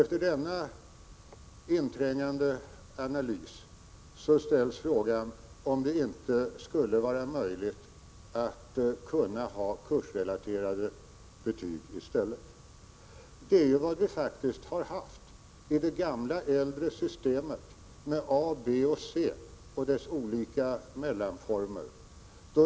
Efter denna inträngande analys ställs frågan om det inte skulle vara möjligt att ha kursrelaterade betyg i stället. Det var faktiskt vad vi hade i det gamla systemet med A, B och C och dess olika mellanformer.